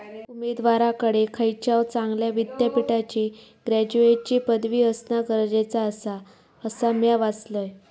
उमेदवाराकडे खयच्याव चांगल्या विद्यापीठाची ग्रॅज्युएटची पदवी असणा गरजेचा आसा, असा म्या वाचलंय